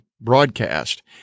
broadcast